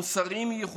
מוסריים, ייחודיים,